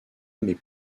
mais